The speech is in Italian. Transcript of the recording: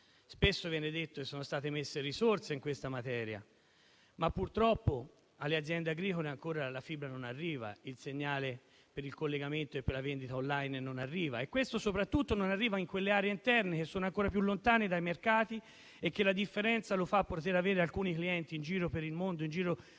Spesso viene detto che sono state messe risorse in questa materia, ma purtroppo alle aziende agricole ancora la fibra non arriva. Il segnale per il collegamento e per la vendita *online* non arriva. Questo soprattutto accade in quelle aree interne che sono ancora più lontane dai mercati, dove la differenza la fa poter avere clienti in giro per il mondo e in giro per